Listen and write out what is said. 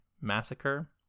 Massacre